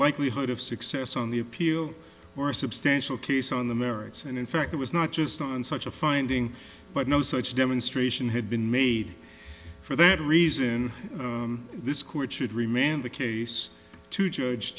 likelihood of success on the appeal or a substantial case on the merits and in fact it was not just on such a finding but no such demonstration had been made for that reason this court should remain the case to judge